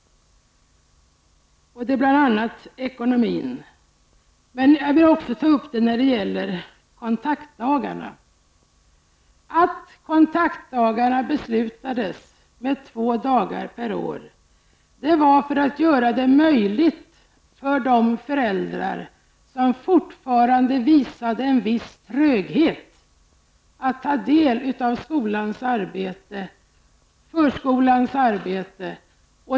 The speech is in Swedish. Man beslutade om två kontaktdagar per år för att göra det möjligt för föräldrar, som fortfarande visade viss tröghet, att ta del av förskolans och skolans arbete.